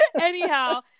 Anyhow